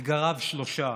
אתגריו שלושה: